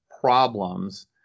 problems